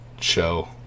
show